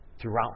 throughout